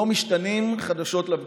לא משתנים חדשות לבקרים.